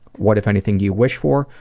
what, if anything, do you wish for?